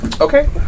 Okay